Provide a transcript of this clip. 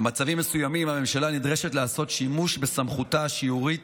במצבים מסוימים הממשלה נדרשת לעשות שימוש בסמכותה השיורית